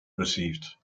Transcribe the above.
received